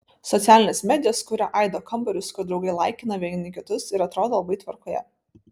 socialinės medijos kuria aido kambarius kur draugai laikina vieni kitus ir atrodo labai tvarkoje